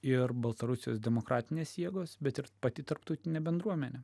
ir baltarusijos demokratinės jėgos bet ir pati tarptautinė bendruomenė